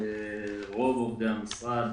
אם יש רק חמישה עובדים חרדים,